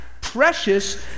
precious